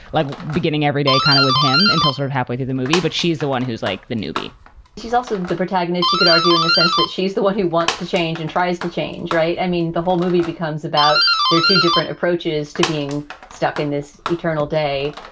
like beginning everyday, kind of with him until her sort of halfway through the movie. but she's the one who's like the newbie she's also the protagonist. you could argue in the sense that she's the one who wants to change and tries to change. right. i mean, the whole movie becomes about their two different approaches to being stuck in this eternal day.